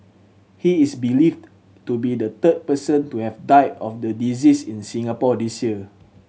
he is believed to be the third person to have died of the disease in Singapore this year